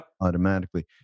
automatically